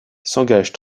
s’engage